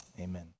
Amen